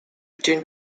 between